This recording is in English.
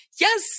yes